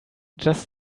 just